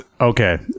okay